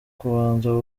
kubanza